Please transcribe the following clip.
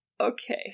Okay